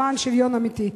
למען שוויון אמיתי.